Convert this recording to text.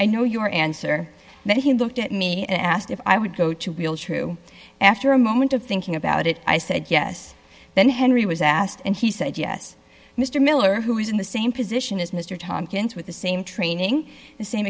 i know your answer and he looked at me and asked if i would go to real true after a moment of thinking about it i said yes then henry was asked and he said yes mr miller who is in the same position as mr tomkins with the same training the same